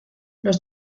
los